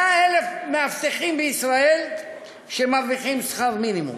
100,000 מאבטחים בישראל שמרוויחים שכר מינימום.